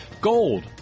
Gold